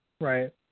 Right